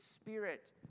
spirit